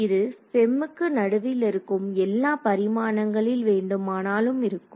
இது FEM க்கு நடுவில் இருக்கும் எல்லா பரிமாணங்களில் வேண்டுமானாலும் இருக்கும்